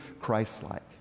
Christ-like